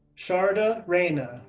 sharda raina,